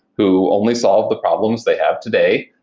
who only solve the problems they have today.